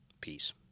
Peace